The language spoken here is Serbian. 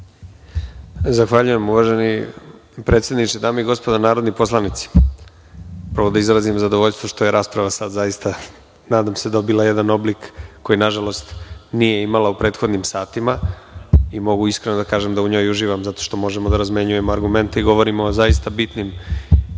Zahvaljujem uvaženi predsedniče, dame i gospodo narodni poslanici, prvo da izrazim zadovoljstvo što je rasprava sad zaista dobila jedan oblik koji nažalost nije imala u prethodnim satima i mogu iskreno da kažem da u njoj uživam zato što možemo da razmenjujemo argumente i govorimo o zaista bitnim